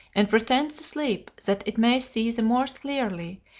and pretends to sleep that it may see the more clearly,